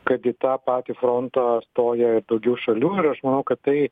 kad į tą patį frontą stoja ir daugiau šalių ir aš manau kad tai